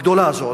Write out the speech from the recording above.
הגדולה הזאת,